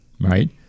Right